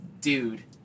dude